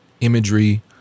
imagery